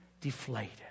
deflated